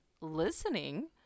listening